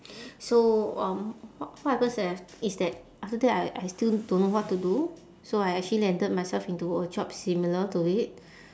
so um w~ what happens that is that after that I I still don't know what to do so I actually landed myself into a job similar to it